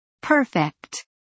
Perfect